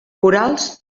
corals